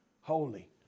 holy